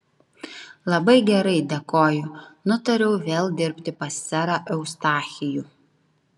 labai gerai dėkoju nutariau vėl dirbti pas serą eustachijų